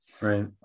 Right